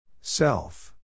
Self